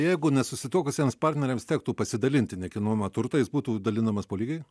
jeigu nesusituokusiems partneriams tektų pasidalinti nekilnojamą turtą jis būtų dalinamas po lygiai